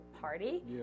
party